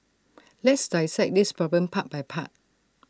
let's dissect this problem part by part